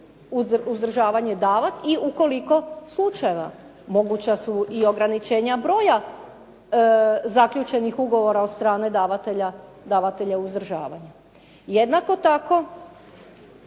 uzdržavanje davati i ukoliko slučajeva. Moguća su i ograničenja broja zaključenih ugovora od strane davatelja uzdržavanja. Jednako tako